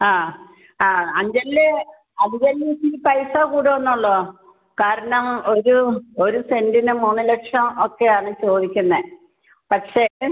ആ ആ അഞ്ചലിൽ അഞ്ചലിൽ ഒത്തിരി പൈസ കൂടുന്നല്ലോ കാരണം ഒരു ഒരു സെൻ്റിന് മൂന്ന് ലക്ഷം ഒക്കെയാണ് ചോദിക്കുന്നത് പക്ഷേ